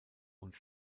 und